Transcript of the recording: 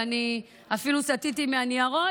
ואני אפילו סטיתי מהניירות,